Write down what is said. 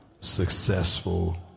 successful